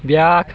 بیٛاکھ